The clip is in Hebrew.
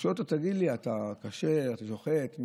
הוא שואל: תגיד לי, אתה כשר, אתה שוחט?